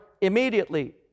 immediately